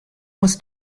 was